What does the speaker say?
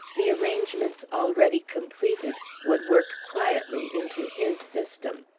the arrangements already completed would work quietly into his system.